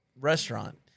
restaurant